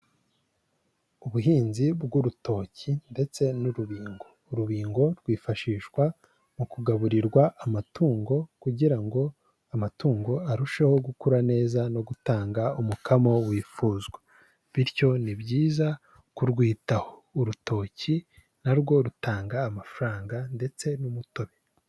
Ubuhinzi bw'urutoki ndetse n'urubingo. Urubingo rwifashishwa mu kugaburirwa amatungo kugira ngo amatungo arusheho gukura neza no gutanga umukamo wifuzwa. Bityo ni byiza kurwitaho. Urutoki narwo rutanga amafaranga ndetse n'umutobe.